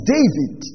David